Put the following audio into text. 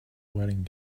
wedding